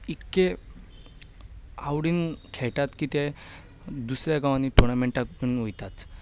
इतले आवडीन खेळतात की ते दुसऱ्या गांवांनी टुर्नामेंन्टाक पूण वयताच